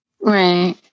Right